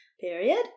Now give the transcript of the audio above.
Period